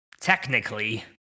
technically